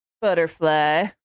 butterfly